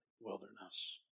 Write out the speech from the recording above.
wilderness